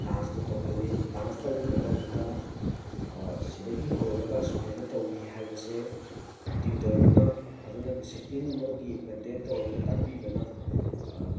ꯗꯥꯟꯁꯇꯨ ꯇꯧꯍꯜꯂꯤ ꯗꯥꯟꯁ ꯇꯧꯕ ꯃꯇꯝꯗ ꯁꯤꯗꯒꯤ ꯍꯧꯔꯒ ꯁꯨꯃꯥꯏꯅ ꯇꯧꯋꯤ ꯍꯥꯏꯕꯁꯦ ꯇ꯭ꯌꯨꯇꯔꯗꯨꯅ ꯐꯖꯅ ꯗꯤꯁꯤꯄ꯭ꯂꯤꯟ ꯑꯃꯒꯤ ꯃꯦꯟꯇꯦꯟ ꯇꯧꯔꯒ ꯇꯥꯛꯄꯤꯕꯅ